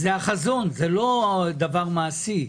זה החזון, זה לא דבר מעשי.